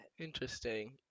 Interesting